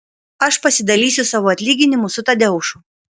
aš pasidalysiu savo atlyginimu su tadeušu